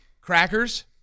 Crackers